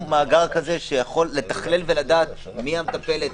מאגר כזה שיכול לתכלל ולדעת מי המטפלת,